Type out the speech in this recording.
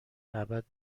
ابد